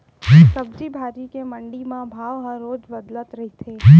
सब्जी भाजी के मंडी म भाव ह रोज बदलत रहिथे